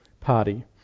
party